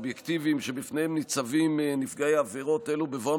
שבפניהם ניצבים נפגעי עבירות אלו בבואם